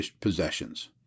possessions